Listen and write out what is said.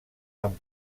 amb